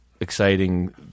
exciting